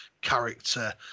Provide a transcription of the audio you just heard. character